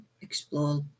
explore